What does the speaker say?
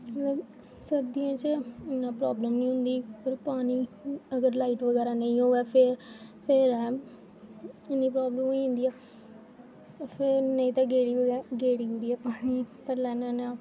मतलब सर्दियें च इन्ना प्रब्लम नी होंदी पर पानी अगर लाइट बगैरा नेईं होऐ फिर फिर ऐ इन्नी प्राब्लम होई जंदी ऐ फिर नेईं ते गेड़ी बगैरा गेड़ी गूड़ियै पानी भरी लैन्ने होन्ने आं